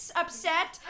upset